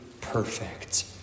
perfect